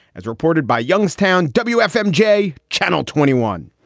as reported by youngstown wfm j channel twenty one,